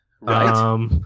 Right